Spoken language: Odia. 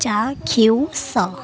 ଚାକ୍ଷୁଷ